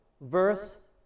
verse